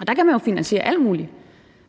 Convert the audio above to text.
og der kan man jo finansiere alt muligt.